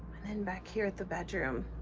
and then back here at the bedroom,